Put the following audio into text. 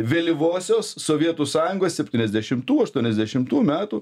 vėlyvosios sovietų sąjungos septyniasdešimtų aštuoniasdešimtų metų